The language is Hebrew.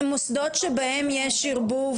מוסדות שבהם יש ערבוב,